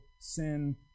sin